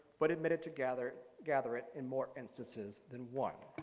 but admitted to gather gather it in more instances than one.